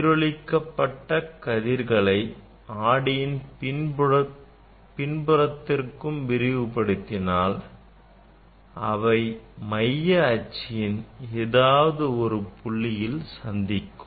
எதிரொளிக்கப்பட்ட கதிர்களை ஆடியின் பின்புறத்திற்கும் விரிவு படுத்தினால் அவை மைய அச்சின் ஏதாவது ஒரு புள்ளியில் சந்திக்கும்